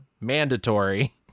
mandatory